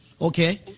okay